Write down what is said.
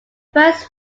first